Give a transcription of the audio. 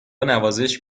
نوازش